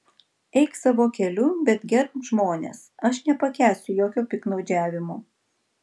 eik savo keliu bet gerbk žmones aš nepakęsiu jokio piktnaudžiavimo